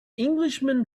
englishman